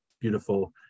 beautiful